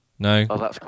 No